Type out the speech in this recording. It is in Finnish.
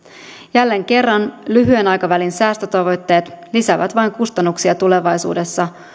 jälleen kerran lyhyen aikavälin säästötavoitteet lisäävät vain kustannuksia tulevaisuudessa